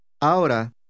Ahora